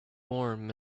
warm